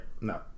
No